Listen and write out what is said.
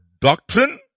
doctrine